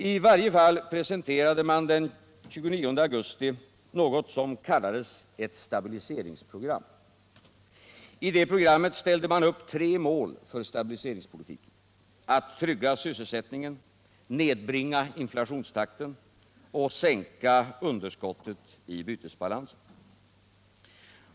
I varje fall presenterade man den 29 augusti något som kallades ett stabiliseringsprogram. I detta program ställde man upp tre mål för stabiliseringspolitiken — att trygga sysselsättningen, nedbringa inflationstakten och sänka underskottet i bytesbalansen.